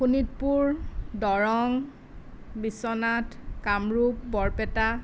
Sonitpur Darrang Biswanath Kamrup Barpeta